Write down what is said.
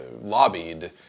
lobbied